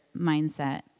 mindset